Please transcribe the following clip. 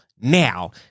now